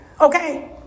Okay